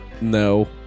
No